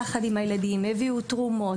יחד עם הילדים הן הביאו תרומות,